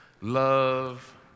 Love